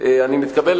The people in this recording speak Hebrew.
אם כך,